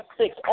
six